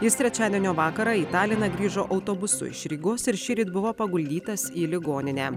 jis trečiadienio vakarą į taliną grįžo autobusu iš rygos ir šįryt buvo paguldytas į ligoninę